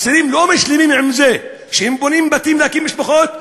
הצעירים לא משלימים עם זה שהם בונים בתים להקים משפחות,